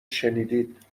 شنیدید